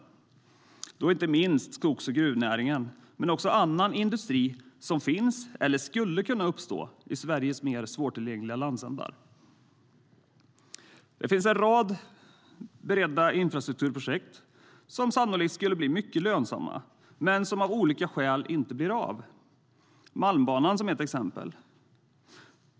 Det gäller inte minst skogs och gruvnäringen men också annan industri som finns eller skulle kunna uppstå i Sveriges mer svårtillgängliga landsändar. Det finns en rad beredda infrastrukturprojekt som sannolikt skulle bli mycket lönsamma men som av olika skäl inte blir av. Malmbanan är ett exempel.